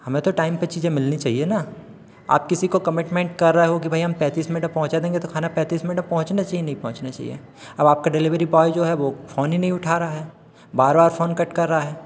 हमें तो टाइम पर चीज़ें मिलनी चाहिए ना आप किसी को कमिटमेन्ट कर रहे हो कि भाई हम पैँतीस मिनट में पहुँचा देंगे तो खाना पैँतीस मिनट में पहुँचना चाहिए कि नहीं पहुँचना चाहिए और आपका डिलिवरी ब्वॉय जो है वह फ़ोन ही नहीं उठा रहा है बार बार फ़ोन कट कर रहा है